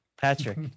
Patrick